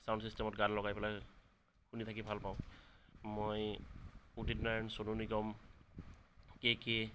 sound চিষ্টেমত গান লগাই পেলাই শুনি থাকি ভালপাওঁ মই উদিত নাৰায়ন চনু নিগম কেকে